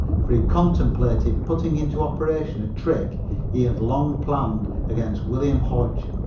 for he contemplated putting into operation a trick he had long planned against william hodge,